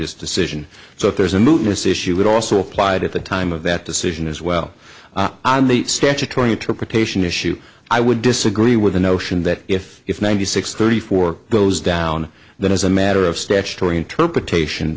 his decision so if there's a new this issue would also applied at the time of that decision as well on the statutory interpretation issue i would disagree with the notion that if if ninety six thirty four goes down that as a matter of statutory interpretation